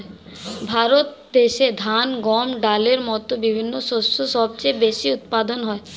ভারত দেশে ধান, গম, ডালের মতো বিভিন্ন শস্য সবচেয়ে বেশি উৎপাদন হয়